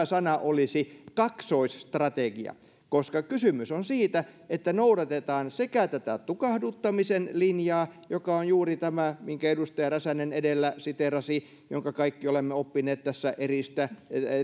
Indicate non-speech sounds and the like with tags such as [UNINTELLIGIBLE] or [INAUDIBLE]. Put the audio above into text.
[UNINTELLIGIBLE] sana olisi kaksoisstrategia koska kysymys on siitä että noudatetaan sekä tätä tukahduttamisen linjaa joka on juuri tämä minkä edustaja räsänen edellä siteerasi ja jonka kaikki olemme oppineet tässä